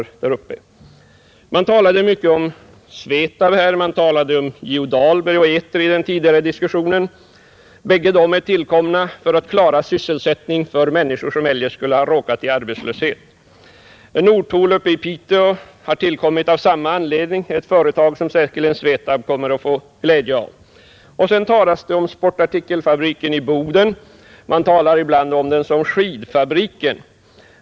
I den tidigare diskussionen talades mycket om Svetab, om J.O. Dahlbergs snickerifabrik i Kramfors och om ETRI i Burträsk. Dessa företag är tillkomna för att klara sysselsättningen för människor, som eljest skulle ha råkat i arbetslöshet. Nordtool i Piteå har tillkommit av samma anledning — ett företag som Svetab säkerligen kommer att få glädje av. Sedan talas om sportartikelfabriken i boden. Ibland talar man om den som skidfabriken.